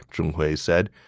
zhong hui said.